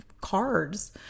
cards